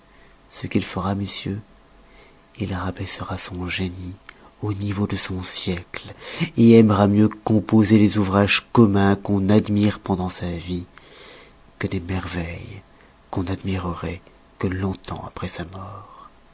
ce qu'il fera messieurs il rabaissera son génie au niveau de son siècle aimera mieux composer des ouvrages communs qu'on admire pendant sa vie que des merveilles qu'on n'admireroit que longtemps après sa mort